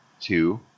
two